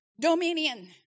dominion